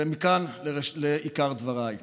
מכאן לעיקר דבריי.